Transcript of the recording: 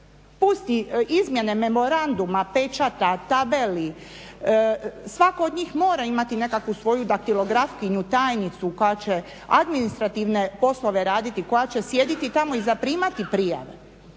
Pusti izmjene memoranduma pečata, tabeli, svako od njih mora imati nekakvu svoju daktilografkinju, tajnicu koja će administrativne poslove raditi, koja će sjediti tamo i zaprimati prijave.